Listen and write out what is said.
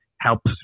helps